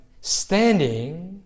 standing